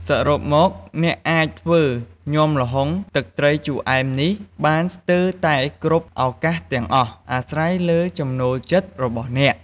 សរុបមក អ្នកអាចធ្វើញាំល្ហុងទឹកត្រីជូរអែមនេះបានស្ទើរតែគ្រប់ឱកាសទាំងអស់ អាស្រ័យលើចំណូលចិត្តរបស់អ្នក។